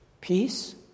peace